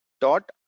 dot